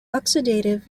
oxidative